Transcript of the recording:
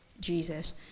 jesus